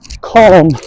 Calm